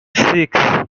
six